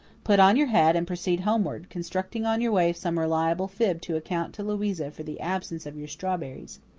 put on your hat and proceed homeward, constructing on your way some reliable fib to account to louisa for the absence of your strawberries.